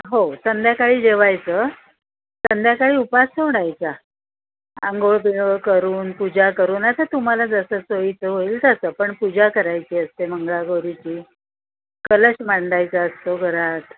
हो संध्याकाळी जेवायचं संध्याकाळी उपास सोडायचा आंघोळ बिंघोळ करून पूजा करून असं तुम्हाला जसं सोयीचं होईल तसं पण पूजा करायची असते मंगळागौरीची कलश मांडायचा असतो घरात